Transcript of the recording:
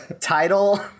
title